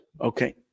Okay